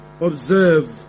observe